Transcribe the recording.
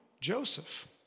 Joseph